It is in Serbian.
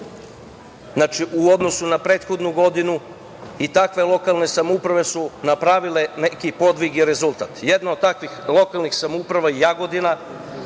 u odnosu na prethodnu godinu i takve lokalne samouprave su napravile neki podvig i rezultat. Jedna od takvih lokalnih samouprava je Jagodina